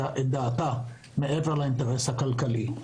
את דעתה לגביהן מעבר לאינטרס הכלכלי.